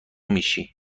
میشی